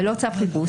בלא צו חיפוש,